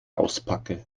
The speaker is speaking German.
auspacke